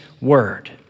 word